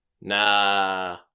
nah